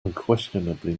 unquestionably